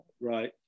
right